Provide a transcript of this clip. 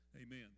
Amen